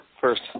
first